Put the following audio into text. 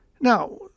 Now